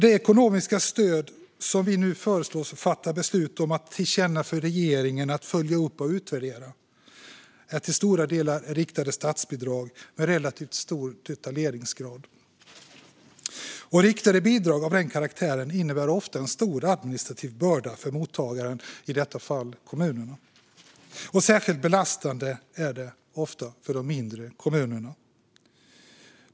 Det ekonomiska stöd som vi nu föreslås fatta beslut om att tillkännage för regeringen att följa upp och utvärdera är till stora delar riktade statsbidrag med relativt stor detaljeringsgrad. Riktade bidrag av den karaktären innebär ofta en stor administrativ börda för mottagaren, i detta fall kommunerna. Särskilt belastande är det ofta för de mindre kommunerna.